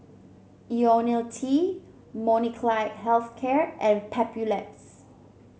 IoniL T Molnylcke Health Care and Papulex